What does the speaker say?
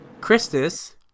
Christus